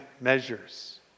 measures